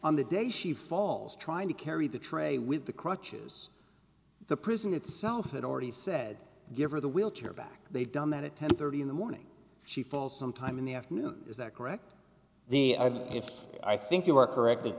on the day she falls trying to carry the tray with the crutches the prison it's had already said give her the wheelchair back they've done that at ten thirty in the morning she fell sometime in the afternoon is that correct the idea that if i think you are correct